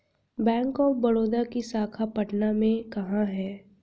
Bank of Baroda की शाखा पटना में कहाँ है?